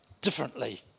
differently